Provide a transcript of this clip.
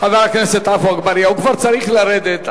חבר הכנסת עפו אגבאריה, הוא כבר צריך לרדת.